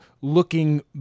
looking